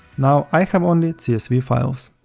now i have only csv files.